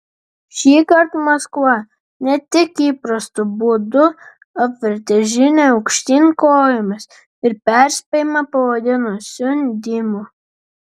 šįkart maskva ne tik įprastu būdu apvertė žinią aukštyn kojomis ir perspėjimą pavadino siundymu